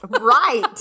Right